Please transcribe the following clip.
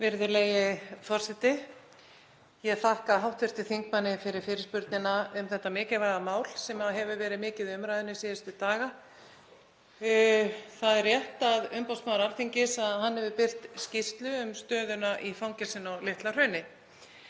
Virðulegi forseti. Ég þakka hv. þingmanni fyrir fyrirspurnina um þetta mikilvæga mál sem hefur verið mikið í umræðunni síðustu daga. Það er rétt að umboðsmaður Alþingis hefur birt skýrslu um stöðuna í fangelsinu á Litla-Hrauni.